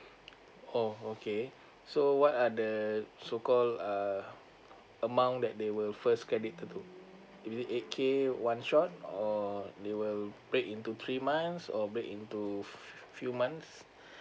oh okay so what are the so call uh amount that they will first credited to is it eight K one shot or they will break into three months or break into few months